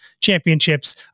championships